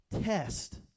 test